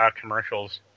commercials